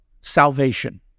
salvation